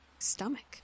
Stomach